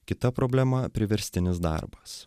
kita problema priverstinis darbas